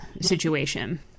situation